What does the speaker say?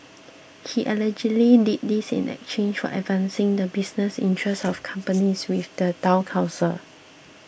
he allegedly did this in exchange for advancing the business interests of companies with the Town Council